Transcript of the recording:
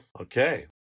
okay